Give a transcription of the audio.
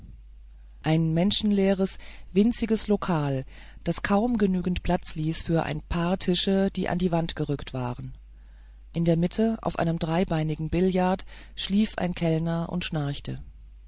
ein menschenleeres winziges lokal das kaum genügend platz ließ für die paar tische die an die wände gerückt waren in der mitte auf einem dreibeinigen billard schlief ein kellner und schnarchte